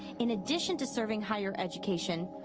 in addition to serving higher education,